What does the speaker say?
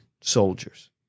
soldiers